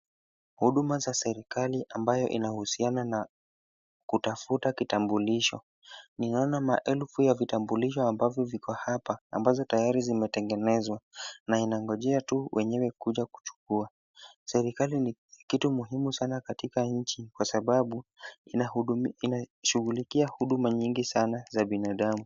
Huduma za serikali ambayo inahusiana na kutafuta kitambulisho. Ninaona maelfu ya vitambulisho ambavyo viko hapa ambazo tayari zimetengenezwa na inangojea tu wenyewe kuja kuchukua. Serikali ni kitu muhimu sana katika nchi kwa sababu inashughulikia huduma nyingi sana za binadamu.